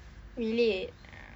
really